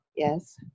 Yes